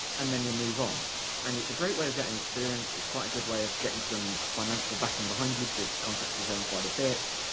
and then you'll move on and it's a great way of getting experience, it's quite a good way of getting some financial backing behind you because contractors earn quite a bit.